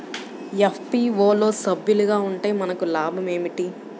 FPO లో సభ్యులుగా ఉంటే మనకు లాభం ఏమిటి?